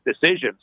decisions